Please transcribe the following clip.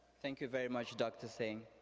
thank you very much dr. singh.